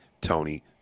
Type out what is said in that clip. Tony